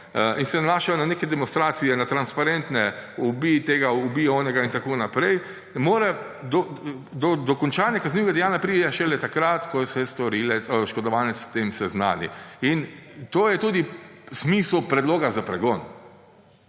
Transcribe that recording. in se nanašajo na neke demonstracije, na transparente, ubij tega, ubij onega in tako naprej, ne more … Do dokončanja kaznivega dejanja pride šele takrat, ko se oškodovanec s tem seznani. In to je tudi smisel predloga za pregon.